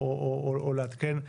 או לעדכן,